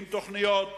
עם תוכניות,